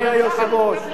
אדוני היושב-ראש,